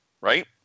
right